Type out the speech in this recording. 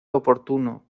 oportuno